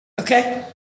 Okay